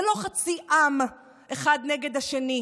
זה לא חצי עם אחד נגד השני,